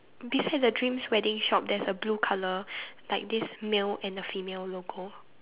beside the dreams wedding shop there's a blue colour like this male and a female logo